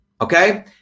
Okay